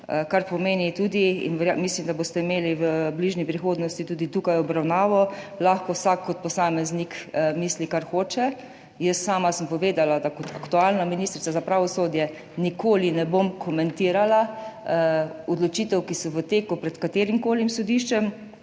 Kar pomeni tudi – in mislim, da boste imeli v bližnji prihodnosti tudi tukaj obravnavo – lahko vsak kot posameznik misli, kar hoče, jaz sama sem povedala, da kot aktualna ministrica za pravosodje nikoli ne bom komentirala odločitev, ki so v teku pred katerimkoli sodiščem,